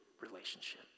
relationship